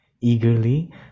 Eagerly